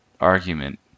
argument